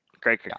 great